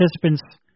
participants